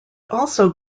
also